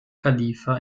khalifa